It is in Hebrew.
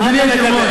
על מה אתה מדבר?